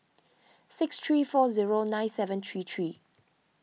six three four zero nine seven three three